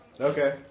Okay